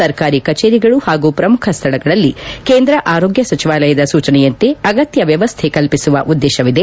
ಸರ್ಕಾರಿ ಕಚೇರಿಗಳು ಹಾಗೂ ಪ್ರಮುಖ ಸ್ಥಳಗಳಲ್ಲಿ ಕೇಂದ್ರ ಆರೋಗ್ಯ ಸಚಿವಾಲಯದ ಸೂಚನೆಯಂತೆ ಅಗತ್ಯ ವ್ಯವಸ್ಥೆ ಕಲ್ಪಿಸುವ ಉದ್ದೇಶವಿದೆ